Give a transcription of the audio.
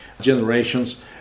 generations